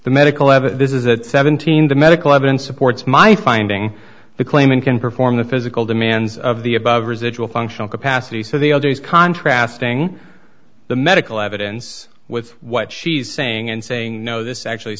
the medical ever this is at seventeen the medical evidence supports my finding the claimant can perform the physical demands of the above residual functional capacity so the others contrast being the medical evidence with what she's saying and saying no this actually